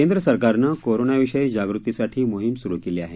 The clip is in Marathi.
केंद्र सरकारनं कोरोनाविषयी जागृतीसाठी मोहीम सुरु केली आहे